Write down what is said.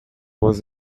was